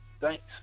thanks